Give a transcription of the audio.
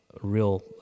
real